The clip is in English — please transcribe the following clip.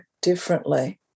differently